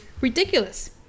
ridiculous